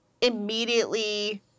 immediately